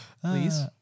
please